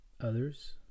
others